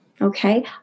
Okay